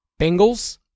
Bengals